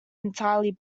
entirely